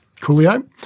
Coolio